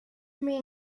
med